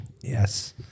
Yes